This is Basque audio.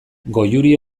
goiuri